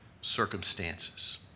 circumstances